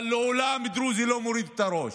אבל לעולם דרוזי לא מוריד את הראש.